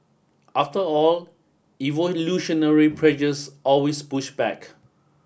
after all evolutionary pressures always push back